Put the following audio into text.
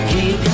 Keep